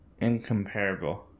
incomparable